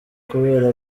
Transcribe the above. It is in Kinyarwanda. kubera